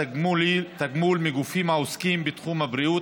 תגמול מגופים העוסקים בתחום הבריאות,